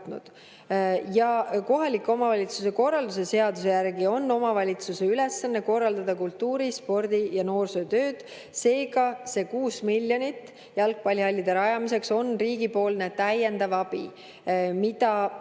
Ja kohaliku omavalitsuse korralduse seaduse järgi on omavalitsuse ülesanne korraldada kultuuri-, spordi- ja noorsootööd. Seega, see 6 miljonit jalgpallihallide rajamiseks on riigipoolne täiendav abi, mis